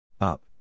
Up